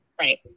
Right